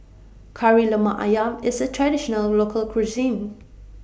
Kari Lemak Ayam IS A Traditional Local Cuisine